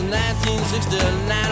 1969